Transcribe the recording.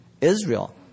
Israel